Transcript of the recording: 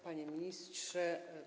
Panie Ministrze!